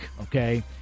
okay